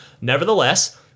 Nevertheless